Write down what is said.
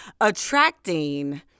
Attracting